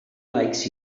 likes